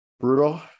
brutal